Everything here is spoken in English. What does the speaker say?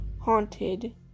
haunted